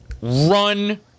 run